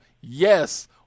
yes